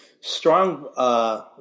strong